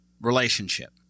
relationship